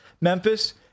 Memphis